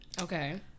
Okay